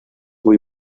muy